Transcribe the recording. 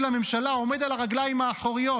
לממשלה עומד על הרגליים האחוריות: